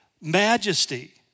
majesty